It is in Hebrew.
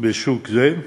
בשוק זה,